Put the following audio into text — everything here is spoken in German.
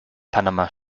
panama